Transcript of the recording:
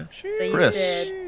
Chris